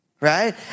right